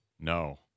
No